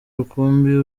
rukumbi